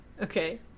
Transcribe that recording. Okay